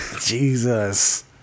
Jesus